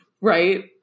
right